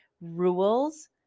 rules